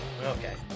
Okay